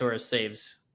saves